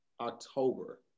October